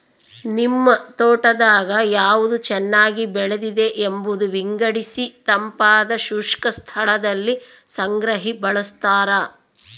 ನಿಮ್ ತೋಟದಾಗ ಯಾವ್ದು ಚೆನ್ನಾಗಿ ಬೆಳೆದಿದೆ ಎಂಬುದ ವಿಂಗಡಿಸಿತಂಪಾದ ಶುಷ್ಕ ಸ್ಥಳದಲ್ಲಿ ಸಂಗ್ರಹಿ ಬಳಸ್ತಾರ